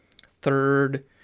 third